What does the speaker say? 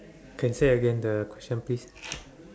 K say again the question please